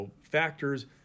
factors